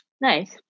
nice